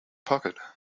pocket